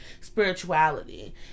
spirituality